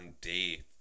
day